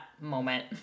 moment